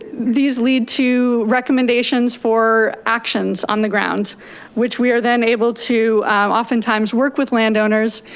these lead to recommendations for actions on the ground which we are then able to oftentimes work with landowners,